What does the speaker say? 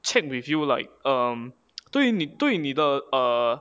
check with you like um 对你对你的 err